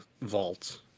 vault